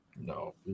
No